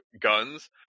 guns